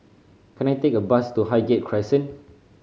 can I take a bus to Highgate Crescent